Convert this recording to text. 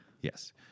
Yes